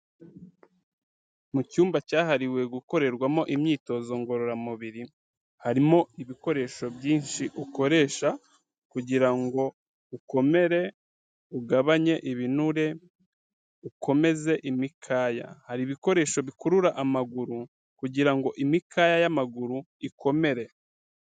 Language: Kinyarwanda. Mu cyumba cyahariwe gukorerwamo imyitozo ngororamubiri, harimo ibikoresho byinshi ukoresha kugira ngo ukomere, ugabanye ibinure, ukomeze imikaya, hari ibikoresho bikurura amaguru kugira ngo imikaya y'amaguru ikomere.